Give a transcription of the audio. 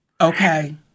Okay